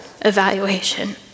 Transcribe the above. evaluation